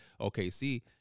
OKC